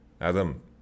Adam